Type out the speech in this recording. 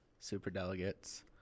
superdelegates